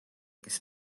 kes